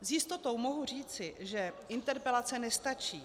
S jistotou mohu říci, že interpelace nestačí.